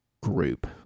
group